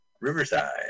Riverside